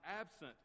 absent